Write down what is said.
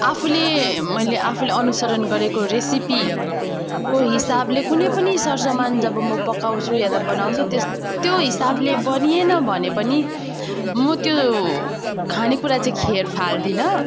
आफूले मैले आफूले अनुसरण गरेको रेसिपीको हिसाबले कुनै पनि सर सामान जब म पकाउँछु या त बनाउँछु त्यस त्यो हिसाबले बनिएन भने पनि म त्यो खानेकुरा चाहिँ खेर फाल्दिनँ